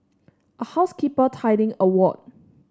a housekeeper tidying a ward